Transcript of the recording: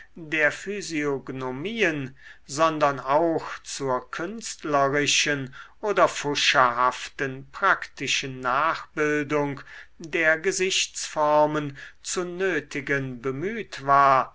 der physiognomien sondern auch zur künstlerischen oder pfuscherhaften praktischen nachbildung der gesichtsformen zu nötigen bemüht war